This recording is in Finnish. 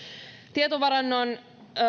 tietovarannon